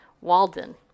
Walden